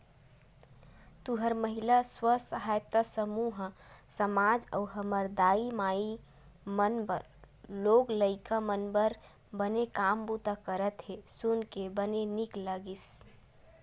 तुंहर महिला स्व सहायता समूह ह समाज अउ हमर दाई माई मन बर लोग लइका मन बर बने काम बूता करत हे सुन के बने नीक लगिस